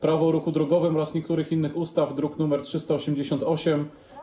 Prawo o ruchu drogowym oraz niektórych innych ustaw, druk nr 388.